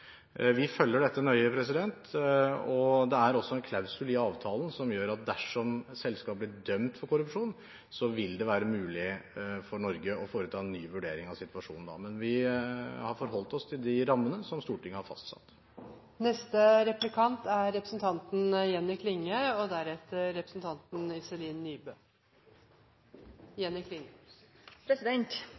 Vi følger dette nøye, og det er også en klausul i avtalen som gjør at dersom selskapet blir dømt for korrupsjon, vil det være mulig for Norge å foreta en ny vurdering av situasjonen. Men vi har forholdt oss til de rammene som Stortinget har fastsatt.